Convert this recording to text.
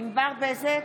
ענבר בזק,